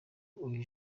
uyu